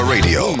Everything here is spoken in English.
Radio